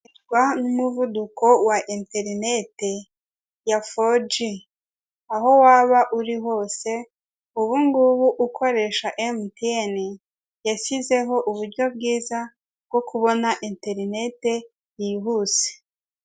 Twa n'umuvuduko wa interinete ya foji, aho waba uri hose ubungubu ukoresha emutiyeni, yashyizeho uburyo bwiza bwo kubona interinete yihuse.